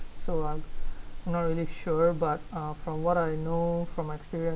so I I'm not really sure but uh from what I know from my experience